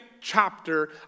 chapter